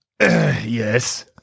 Yes